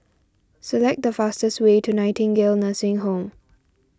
select the fastest way to Nightingale Nursing Home